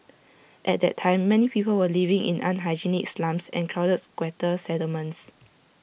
at that time many people were living in unhygienic slums and crowded squatter settlements